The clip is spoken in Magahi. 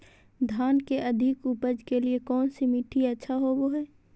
धान के अधिक उपज के लिऐ कौन मट्टी अच्छा होबो है?